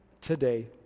today